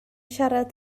siarad